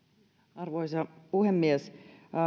arvoisa puhemies